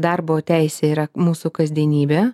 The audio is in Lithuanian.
darbo teisė yra mūsų kasdienybė